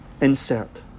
insert